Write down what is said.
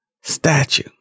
statue